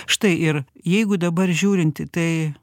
štai ir jeigu dabar žiūrint į tai